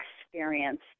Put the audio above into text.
experience